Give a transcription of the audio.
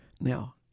Now